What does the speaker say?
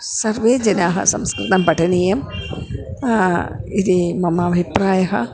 सर्वे जनाः संस्कृतं पठनीयम् इति मम अभिप्रायः